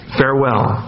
farewell